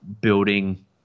building